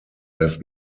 have